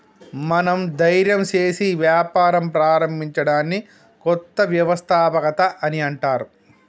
మనం ధైర్యం సేసి వ్యాపారం ప్రారంభించడాన్ని కొత్త వ్యవస్థాపకత అని అంటర్